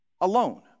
alone